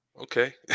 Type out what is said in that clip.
Okay